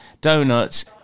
donuts